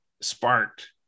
sparked